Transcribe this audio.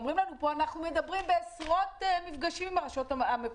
ואומרים לנו פה שמדברים על עשרות מפגשים עם הרשויות המקומיות.